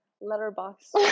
letterbox